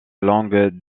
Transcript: langue